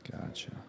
Gotcha